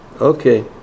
okay